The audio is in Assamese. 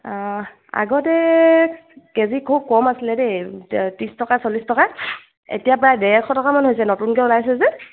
অ আগতে কেজি খুব কম আছিলে দেই ত্ৰিছ টকা চল্লিছ টকা এতিয়া প্ৰায় ডেৰশ টকামান হৈছে নতুনকৈ ওলাইছে যে